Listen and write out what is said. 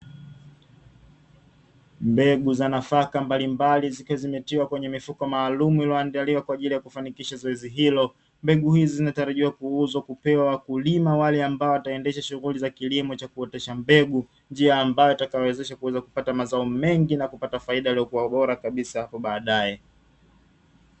Mbegu za nafaka mbalimbali zikiwa zimetiwa kwenye mifuko maalumu ilioandaliwa kwa ajili ya kufanikisha zoezi hilo. Mbegu hizi zinatarajiwa kuuzwa na kupewa kwa mkulima ambae ataendesha shughuli za kilimo na kuotesha mbegu, njia ambayo itakayowawezesha kupata mazao mengi na kupata faida ilioko bora kabisa kwa baadae.